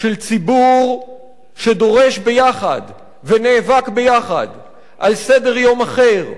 של ציבור שדורש ביחד ונאבק ביחד על סדר-יום אחר,